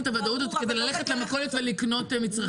את הוודאות הזאת כדי ללכת למכולת ולקנות מצרכים.